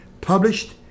published